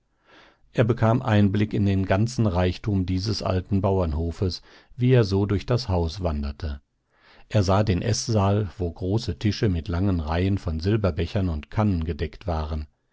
er bekam einblick in den ganzen reichtum dieses alten bauernhofes wie er so durch das haus wanderte er sah den eßsaal wo große tische mit langen reihen von silberbechern und kannen gedeckt waren